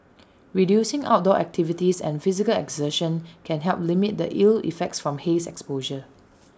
reducing outdoor activities and physical exertion can help limit the ill effects from haze exposure